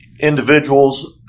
individuals